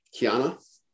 Kiana